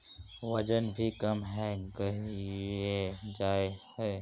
वजन भी कम है गहिये जाय है?